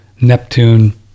Neptune